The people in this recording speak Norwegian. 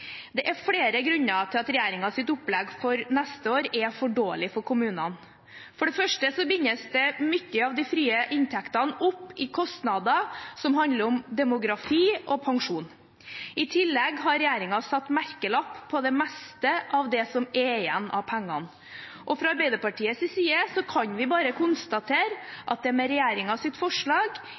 Det er flere grunner til at regjeringens opplegg for neste år er for dårlig for kommunene. For det første bindes mye av de frie inntektene opp i kostnader som handler om demografi og pensjon. I tillegg har regjeringen satt merkelapp på det meste av det som er igjen av pengene. Fra Arbeiderpartiets side kan vi bare konstatere at det med regjeringens forslag